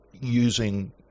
using